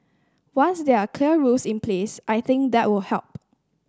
once there are clear rules in place I think that will help